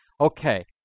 Okay